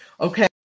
okay